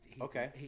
okay